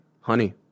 Honey